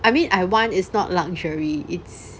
I mean I want is not luxury it's